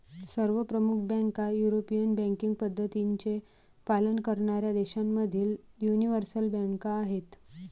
सर्व प्रमुख बँका युरोपियन बँकिंग पद्धतींचे पालन करणाऱ्या देशांमधील यूनिवर्सल बँका आहेत